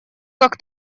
как